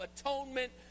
atonement